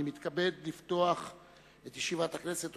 אני מתכבד לפתוח את ישיבת הכנסת.